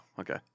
okay